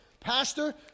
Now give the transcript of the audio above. pastor